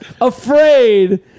afraid